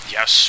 Yes